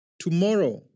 Tomorrow